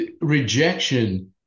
rejection